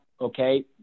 Okay